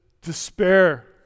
despair